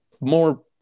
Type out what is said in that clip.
more